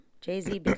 Jay-Z